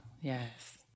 Yes